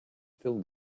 still